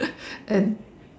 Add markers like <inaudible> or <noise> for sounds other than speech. <laughs> and